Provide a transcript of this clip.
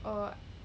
oh